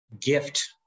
gift